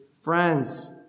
friends